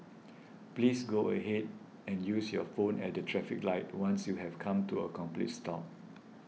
please go ahead and use your phone at the traffic light once you have come to a complete stop